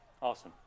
Awesome